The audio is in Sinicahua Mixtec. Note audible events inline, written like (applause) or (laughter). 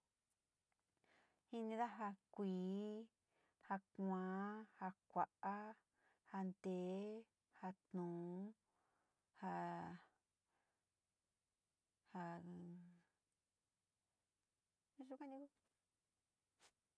Jinida ja kuii, ja kuaa, ja kua´a, ja ntee, ja tuu, (hesitation) jaa yuka ni ku.